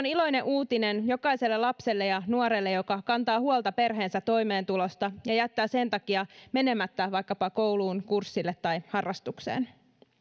iloinen uutinen jokaiselle lapselle ja nuorelle joka kantaa huolta perheensä toimeentulosta ja jättää sen takia menemättä vaikkapa kouluun kurssille tai harrastukseen